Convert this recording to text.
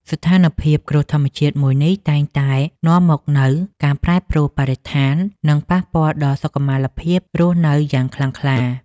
ស្ថានភាពគ្រោះធម្មជាតិមួយនេះតែងតែនាំមកនូវការប្រែប្រួលបរិស្ថាន និងប៉ះពាល់ដល់សុខុមាលភាពរស់នៅយ៉ាងខ្លាំងក្លា។